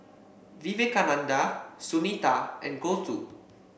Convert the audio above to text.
Vivekananda Sunita and Gouthu